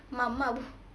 mama bu